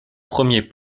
premier